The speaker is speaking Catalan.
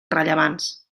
rellevants